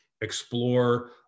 explore